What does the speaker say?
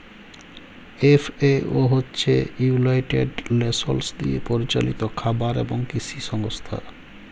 FAO হছে united nations দিয়ে পরিচালিত খাবার এবং কিসি সংস্থা